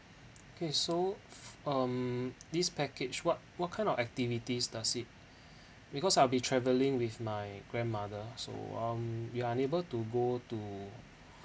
okay so um this package what what kind of activities does it because I'll be travelling with my grandmother so um we are unable to go to